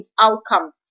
outcome